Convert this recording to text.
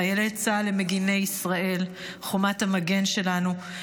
חיילי צה"ל הם מגיני ישראל, חומת המגן שלנו.